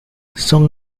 son